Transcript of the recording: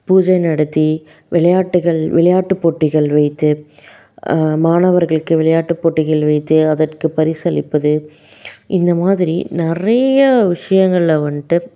பூஜை நடத்தி விளையாட்டுகள் விளையாட்டு போட்டிகள் வைத்து மாணவர்களுக்கு விளையாட்டு போட்டிகள் வைத்து அதற்கு பரிசளிப்பது இந்த மாதிரி நிறையா விஷயங்களில் வந்ட்டு